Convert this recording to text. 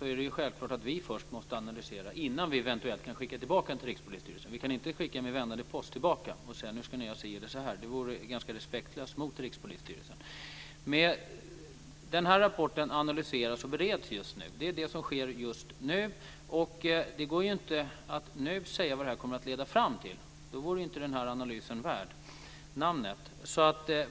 är det självklart att vi först måste analysera den innan vi kan skicka tillbaka den till Rikspolisstyrelsen. Vi kan inte skicka den med vändande post tillbaka och säga att nu ska ni göra si eller så. Det vore ganska respektlöst mot Den här rapporten analyseras och bereds just nu. Det är det som sker just nu. Det går inte att nu säga vad det kommer att leda fram till. Då vore ju inte analysen värd namnet.